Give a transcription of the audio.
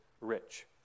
rich